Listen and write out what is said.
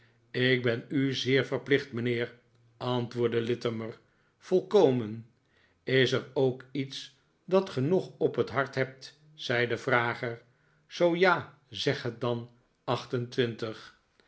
ik ben u zeer verplicht mijnheer antwoordde littimer volkomen is er ook iets dat ge nog op het hart hebt zei de vrager zoo ja zeg het dan